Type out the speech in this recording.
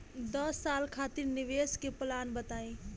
दस साल खातिर कोई निवेश के प्लान बताई?